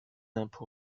d’impôt